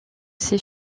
ses